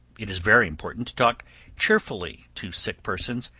it is very important to talk cheerfully to sick persons,